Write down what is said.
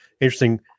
interesting